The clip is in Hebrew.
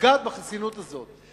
לגעת בחסינות הזאת.